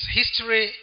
history